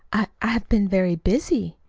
i i have been very busy.